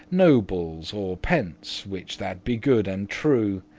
nobles or pence which that be good and true.